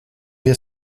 wir